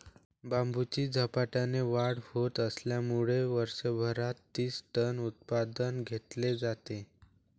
बांबूची झपाट्याने वाढ होत असल्यामुळे वर्षभरात तीस टन उत्पादन घेता येते